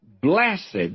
...blessed